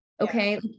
Okay